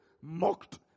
mocked